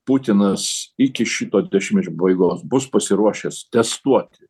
putinas iki šito dešimtmečio pabaigos bus pasiruošęs testuoti